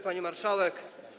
Pani Marszałek!